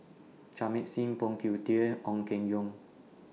Jamit Singh Phoon Yew Tien Ong Keng Yong